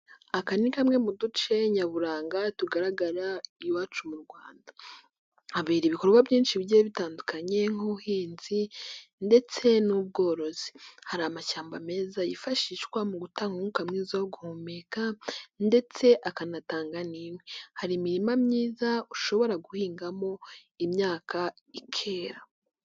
Aka ni kamwe mu duce nyaburanga tugaragara iwacu mu Rwanda, habera ibikorwa byinshi bigiye bitandukanye nk'ubuhinzi ndetse n'ubworozi, hari amashyamba meza yifashishwa mu gutanga umwuka mwiza wo guhumeka ndetse akanatanga n'inkwi, hari imirima myiza ushobora guhingamo imyaka ikera.